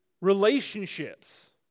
relationships